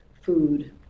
food